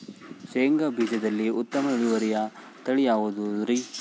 ಶೇಂಗಾ ಬೇಜದಲ್ಲಿ ಉತ್ತಮ ಇಳುವರಿಯ ತಳಿ ಯಾವುದುರಿ?